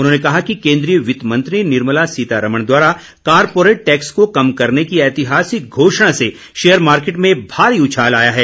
उन्होंने कहा कि केन्द्रीय वित्त मंत्री निर्मला सीतारमण द्वारा कॉरपोरेट टैक्स को कम करने की ऐतिहासिक घोषणा से शेयर मार्किट में भारी उछाल आया है